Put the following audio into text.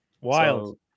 Wild